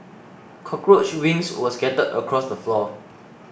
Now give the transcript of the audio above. cockroach wings were scattered across the floor